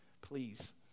Please